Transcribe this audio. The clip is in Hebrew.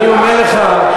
אני אומר לך,